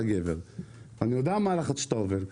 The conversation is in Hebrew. גבר ואני יודע מהו הלחץ שאתה עובר.